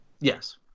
yes